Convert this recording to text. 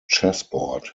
chessboard